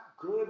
good